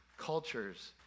cultures